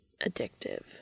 Addictive